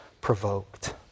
provoked